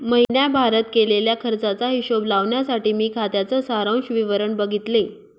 महीण्याभारत केलेल्या खर्चाचा हिशोब लावण्यासाठी मी खात्याच सारांश विवरण बघितले